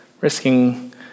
risking